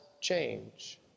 change